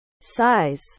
size